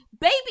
Baby